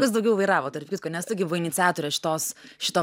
kas daugiau vairavo tarp kitko nes tu gi buvai iniciatorė šitos šito